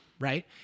right